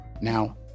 Now